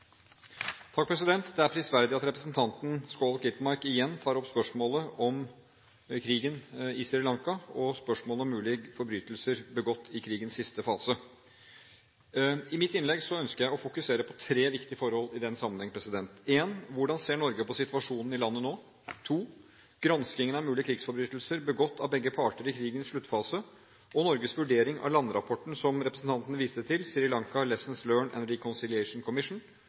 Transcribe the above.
prisverdig at representanten Skovholt Gitmark igjen tar opp spørsmålet om krigen på Sri Lanka og spørsmålet om mulige forbrytelser begått i krigens siste fase. I mitt innlegg ønsker jeg å fokusere på tre viktige forhold i den sammenheng: Hvordan ser Norge på situasjonen i landet nå? Granskingen av mulige krigsforbrytelser begått av begge parter i krigens sluttfase, og Norges vurdering av landrapporten som representanten viste til,